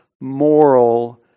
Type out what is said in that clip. moral